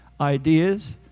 Ideas